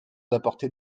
d’apporter